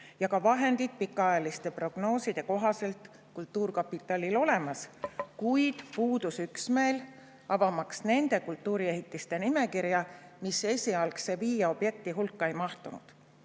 ja ka vahendid pikaajaliste prognooside kohaselt kultuurkapitalil olemas. Kuid puudus üksmeel avamaks nimekirja nende kultuuriehitiste kohta, mis esialgse viie objekti hulka ei mahtunud.